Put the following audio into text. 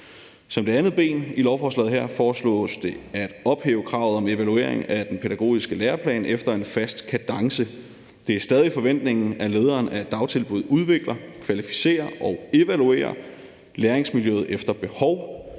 Som det andet ben i lovforslaget her foreslås det at ophæve kravet om en evaluering af den pædagogiske læreplan efter en fast kadence. Det er stadig forventningen, at lederen af dagtilbuddet udvikler, kvalificerer og evaluerer læringsmiljøet efter behov,